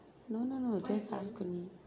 no no no just ask only